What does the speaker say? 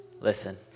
listen